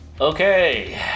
Okay